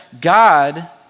God